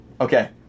Okay